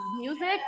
music